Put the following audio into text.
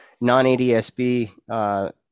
non-ADSB